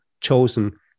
chosen